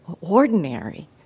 ordinary